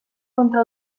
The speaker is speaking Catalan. contra